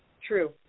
True